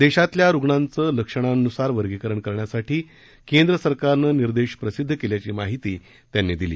देशातल्या रुग्णांचे लक्षणांनुसार वर्गीकरण करण्यासाठी केंद्र सरकारने निर्देश प्रसिद्ध केल्याची माहिती त्यांनी दिली